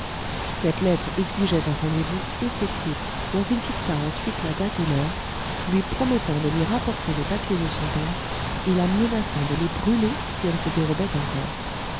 cette lettre exigeait un rendezvous effectif dont il fixa ensuite la date et l'heure lui promettant de lui rapporter les papiers de son père et la menaçant de les brûler si elle se dérobait encore